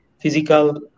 physical